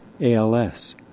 ALS